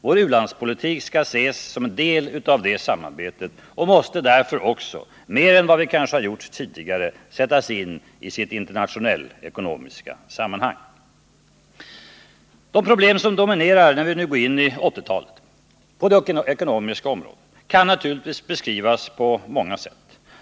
Vår u-landspolitik skall ses som en del av detta samarbete och måste därför också, mer än vad vi kanske har gjort tidigare, sättas in i sitt ekonomiska sammanhang. De problem som dominerar på det ekonomiska området när vi nu går in i 1980-talet kan naturligtvis beskrivas på många sätt.